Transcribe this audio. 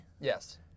Yes